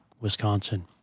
Wisconsin